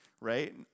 right